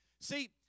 See